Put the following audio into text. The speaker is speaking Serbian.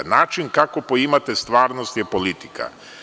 Način, kako poimate stvarnost je politika.